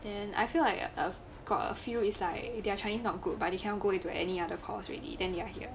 then I feel like I have got a few is like their chinese not good but you cannot go into any other course already then they are here